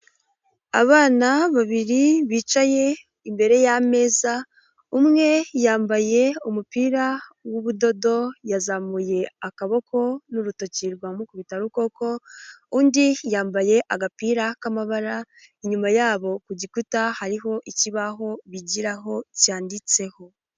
Abana babiri bicaye imbere y'ameza, umwe yambaye umupira w'ubudodo yazamuye akaboko n'urutoki rwa mukubitarukoko, undi yambaye agapira k'amabara, inyuma yabo ku gikuta hariho ikibaho bigiraho cyanditseho.